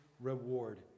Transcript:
reward